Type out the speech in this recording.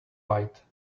white